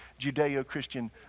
Judeo-Christian